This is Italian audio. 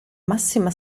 massima